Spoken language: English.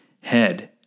head